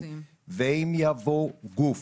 אם יבוא גוף